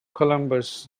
columbus